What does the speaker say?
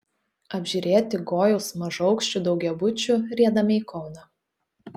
apžiūrėti gojaus mažaaukščių daugiabučių riedame į kauną